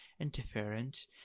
interference